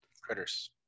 Critters